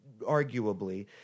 arguably